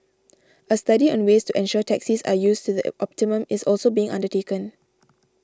a study on ways to ensure taxis are used to the optimum is also being undertaken